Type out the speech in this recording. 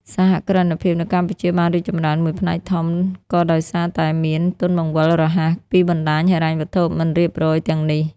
សហគ្រិនភាពនៅកម្ពុជាបានរីកចម្រើនមួយផ្នែកធំ ក៏ដោយសារតែមាន "ទុនបង្វិលរហ័ស" ពីបណ្ដាញហិរញ្ញវត្ថុមិនរៀបរយទាំងនេះ។